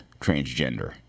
transgender